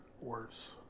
worse